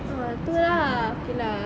ah tu lah okay lah